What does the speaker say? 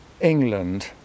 England